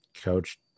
coach